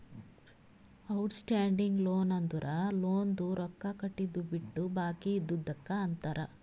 out standing loan ಅಂದುರ್ ಲೋನ್ದು ರೊಕ್ಕಾ ಕಟ್ಟಿದು ಬಿಟ್ಟು ಬಾಕಿ ಇದ್ದಿದುಕ್ ಅಂತಾರ್